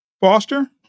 Foster